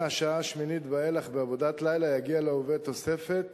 מהשעה השמינית ואילך בעבודת לילה תגיע לעובד תוספת